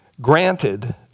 granted